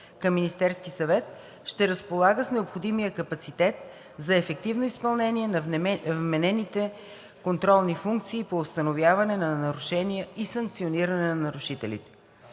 към Министерския съвет ще разполага с необходимия капацитет за ефективно изпълнение на вменените си контролни функции по установяване на нарушения и санкциониране на нарушителите.